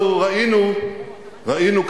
אנחנו ראינו כמובן,